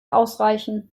ausreichen